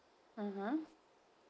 mmhmm